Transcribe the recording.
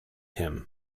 him